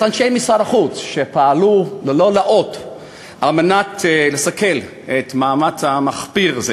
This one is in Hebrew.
אנשי משרד החוץ שפעלו ללא לאות על מנת לסכל מאמץ מחפיר זה